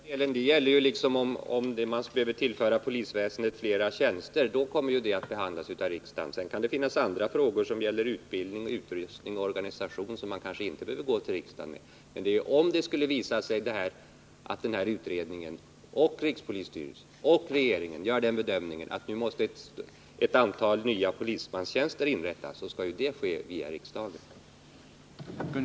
Herr talman! Den sista delen av frågan gäller ju om man behöver tillföra polisväsendet flera tjänster, och det kommer att behandlas av riksdagen. Sedan kan det finnas andra frågor som gäller utbildning, utrustning och organisation som man kanske inte behöver gå till riksdagen med. Men om det skulle visa sig att utredningen, rikspolisstyrelsen och regeringen gör den bedömningen att ett antal nya polismanstjänster måste inrättas, så skall det ju ske via riksdagen.